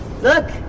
Look